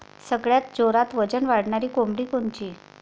सगळ्यात जोरात वजन वाढणारी कोंबडी कोनची?